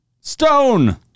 stone